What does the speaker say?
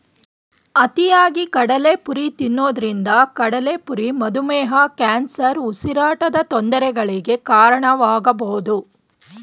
ಅತಿಯಾಗಿ ಕಡಲೆಪುರಿ ತಿನ್ನೋದ್ರಿಂದ ಕಡ್ಲೆಪುರಿ ಮಧುಮೇಹ, ಕ್ಯಾನ್ಸರ್, ಉಸಿರಾಟದ ತೊಂದರೆಗಳಿಗೆ ಕಾರಣವಾಗಬೋದು